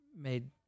made